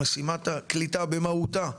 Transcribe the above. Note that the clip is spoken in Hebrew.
את משימת הקליטה במהותה,